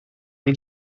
did